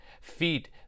feet